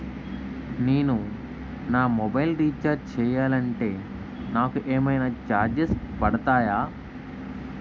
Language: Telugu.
నేను నా మొబైల్ రీఛార్జ్ చేయాలంటే నాకు ఏమైనా చార్జెస్ పడతాయా?